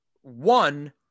one